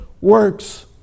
works